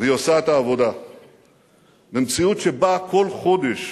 והיא עושה את העבודה במציאות שבה כל חודש